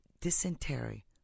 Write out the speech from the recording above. dysentery